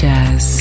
Jazz